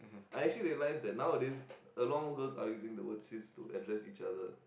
I actually like that nowadays no more girl to are using the words seize to attract each other